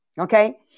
Okay